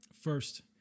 First